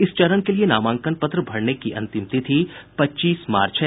इस चरण के लिए नामांकन पत्र भरने की अंतिम तिथि पच्चीस मार्च है